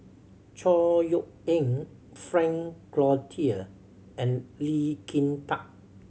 Chor Yeok Eng Frank Cloutier and Lee Kin Tat